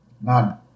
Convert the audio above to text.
None